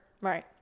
Right